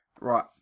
Right